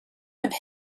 have